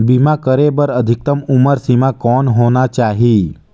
बीमा करे बर अधिकतम उम्र सीमा कौन होना चाही?